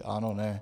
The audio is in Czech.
Ano ne.